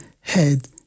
head